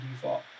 default